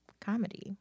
comedy